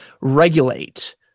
regulate